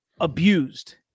abused